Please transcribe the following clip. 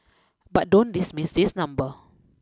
but don't dismiss this number